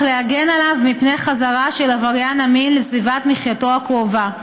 להגן עליו מפני חזרה של עבריין המין לסביבת מחייתו הקרובה,